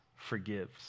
Forgives